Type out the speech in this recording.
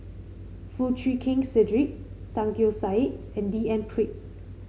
Foo Chee Keng Cedric Tan Keong Saik and D N Pritt